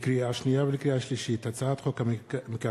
לקריאה שנייה ולקריאה שלישית: הצעת חוק המקרקעין